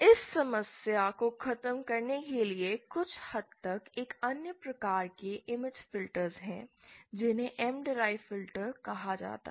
इस समस्या को खत्म करने के लिए कुछ हद तक एक अन्य प्रकार के इमेज फिल्टर्स हैं जिन्हें M डीराइव्ड फिल्टर कहा जाता है